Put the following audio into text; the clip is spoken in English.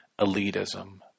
elitism